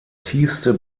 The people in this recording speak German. tiefste